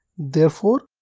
therefore,